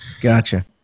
Gotcha